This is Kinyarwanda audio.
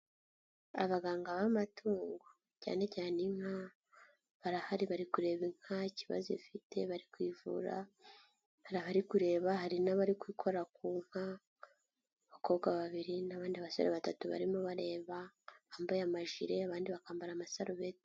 Abaganga b'amatungo cyane cyane inka barahari bari kureba inka ikibazo ifite bari kuyivura, hari abari kureba hari n'abari gukora ku nka, abakobwa babiri n'abandi basore batatu barimo bareba, bambaye amajire abandi bakambara amasarubeti.